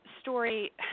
story